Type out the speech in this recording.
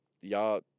y'all